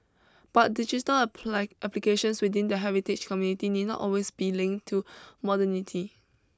but digital apply applications within the heritage community need not always be linked to modernity